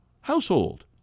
Household